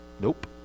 Nope